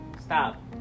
Stop